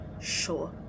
Sure